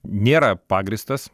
nėra pagrįstas